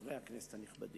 חברי הכנסת הנכבדים,